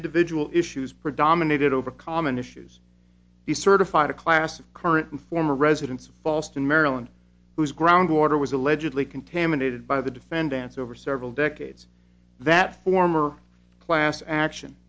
individual issues predominated over common issues be certified a class of current and former residents fallston maryland whose groundwater was allegedly contaminated by the defendants over several decades that former class action